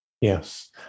Yes